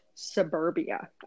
suburbia